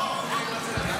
איסור על מסרוני פלאש),